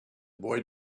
boy